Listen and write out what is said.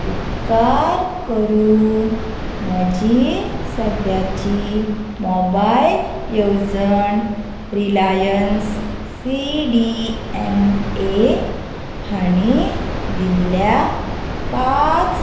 उपकार करून म्हजी सद्याची मोबायल येवजण Reliance C D M A हांणी दिल्ल्या पांच